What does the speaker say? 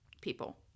people